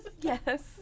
Yes